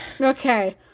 Okay